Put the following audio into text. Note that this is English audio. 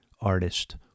artist